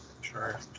sure